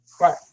Right